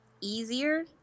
easier